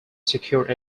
secured